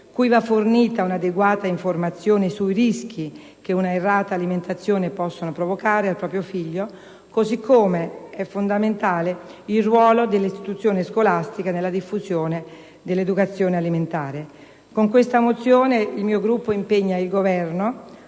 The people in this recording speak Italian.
cui va fornita un'adeguata informazione sui rischi che una errata alimentazione possono provocare al proprio figlio; è altresì fondamentale il ruolo dell'istituzione scolastica nella diffusione dell'educazione alimentare; l'obesità è un problema complesso